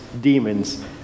demons